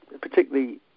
particularly